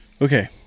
Okay